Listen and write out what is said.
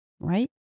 right